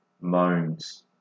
moans